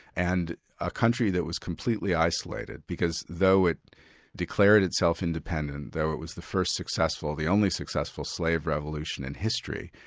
and a country that was completely isolated, because though it declared itself independent, though it was the first successful, the only successful slave revolution in history,